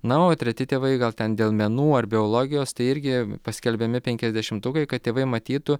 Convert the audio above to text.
na o treti tėvai gal ten dėl menų ar biologijos tai irgi paskelbiami penkiasdešimtukai kad tėvai matytų